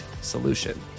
solution